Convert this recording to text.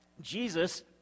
Jesus